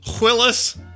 Willis